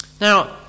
now